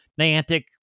Niantic